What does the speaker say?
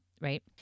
right